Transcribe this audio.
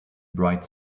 bright